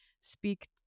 speak